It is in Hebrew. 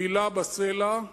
מלה בסלע,